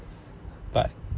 but